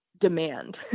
demand